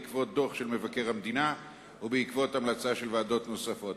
בעקבות דוח של מבקר המדינה ובעקבות המלצות של ועדות נוספות.